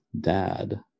dad